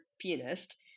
pianist